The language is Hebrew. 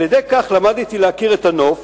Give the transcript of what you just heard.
על-ידי כך למדתי להכיר את הנוף